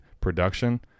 production